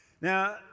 Now